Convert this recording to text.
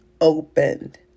opened